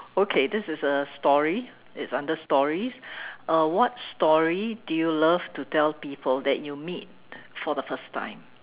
okay this is a story it's under stories uh what story do you love to tell people that you meet for the first time